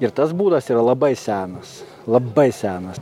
ir tas būdas yra labai senas labai senas